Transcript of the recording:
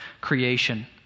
creation